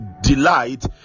delight